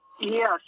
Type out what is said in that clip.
Yes